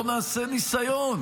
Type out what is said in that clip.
בואי נעשה ניסיון.